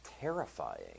terrifying